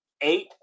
Eight